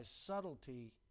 subtlety